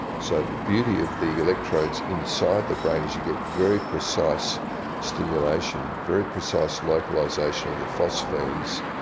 so the beauty of the electrodes inside the brain is you get very precise stimulation, very precise localisation of the phosphenes,